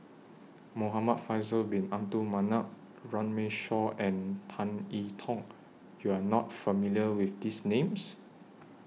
Muhamad Faisal Bin Abdul Manap Runme Shaw and Tan I Tong YOU Are not familiar with These Names